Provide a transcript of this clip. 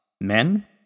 men